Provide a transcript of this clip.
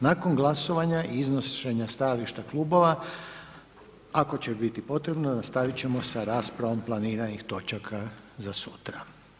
Nakon glasovanja i iznošenja stajališta klubova ako će biti potrebno nastaviti ćemo sa raspravom planiranih točaka za sutra.